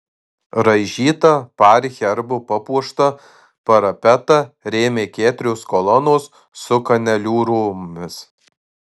raižytą par herbu papuoštą parapetą rėmė keturios kolonos su kaneliūromis